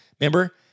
Remember